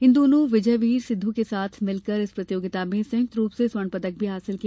इन दोनो विजय वीर सिद्धू के साथ मिलकर इस प्रतियोगिता में संयुक्त रूप से स्वर्ध पदक भी हासिल किया